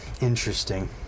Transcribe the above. interesting